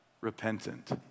repentant